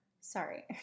Sorry